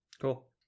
Cool